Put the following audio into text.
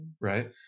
right